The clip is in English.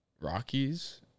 Rockies